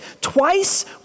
twice